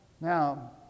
Now